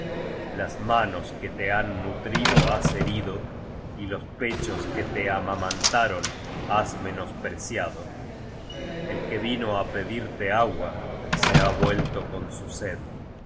las manos que te han nutrido has herido y los pechos que te amamantaron has menospreciado el que vino á pedirte agua se ha vuelto con su sed